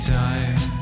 time